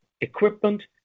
equipment